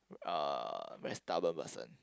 a very stubborn person